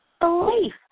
belief